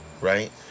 right